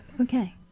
Okay